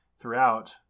throughout